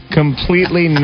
completely